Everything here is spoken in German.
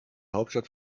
hauptstadt